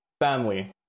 family